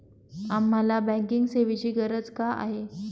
आम्हाला बँकिंग सेवेची गरज का आहे?